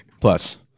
Plus